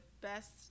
best